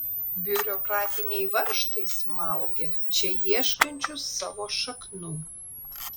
biurokratiniai varžtai smaugia čia ieškančius savo šaknų